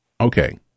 Okay